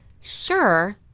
sure